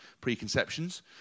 preconceptions